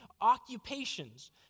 occupations